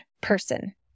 person